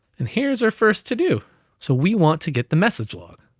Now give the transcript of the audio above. and here's our first to do so we want to get the message log.